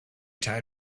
tied